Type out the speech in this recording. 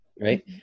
right